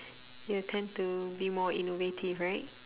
you tend to be more innovative right